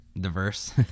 Diverse